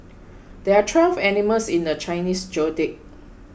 there are twelve animals in the Chinese zodiac